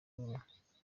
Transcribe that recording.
ubumwe